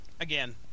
again